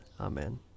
Amen